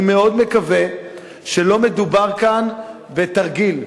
אני מאוד מקווה שלא מדובר כאן בתרגיל,